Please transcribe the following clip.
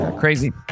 Crazy